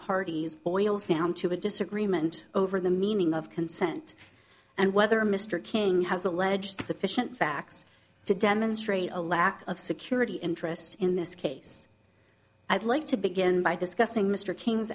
parties boils down to a disagreement over the meaning of consent and whether mr king has alleged sufficient facts to demonstrate a lack of security interest in this case i'd like to begin by discussing mr king